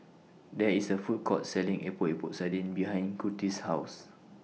There IS A Food Court Selling Epok Epok Sardin behind Curtis' House